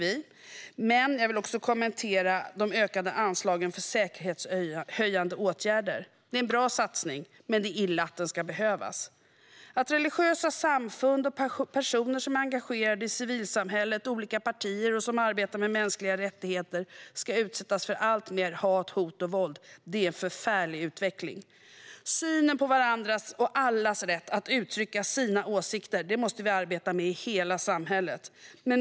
Låt mig dock kommentera de ökade anslagen för säkerhetshöjande åtgärder. Satsningen är bra, men det är illa att den ska behövas. Att religiösa samfund och personer engagerade i civilsamhället, i olika partier och i arbete med mänskliga rättigheter utsätts för alltmer hat, hot och våld är förfärligt. Synen på varandra och allas rätt att uttrycka sina åsikter måste vi arbeta med i hela samhället.